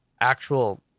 actual